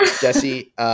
Jesse